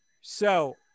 so-